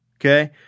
Okay